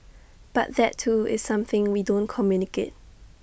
but that too is something we don't communicate